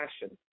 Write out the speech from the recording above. passion